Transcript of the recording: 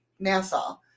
NASA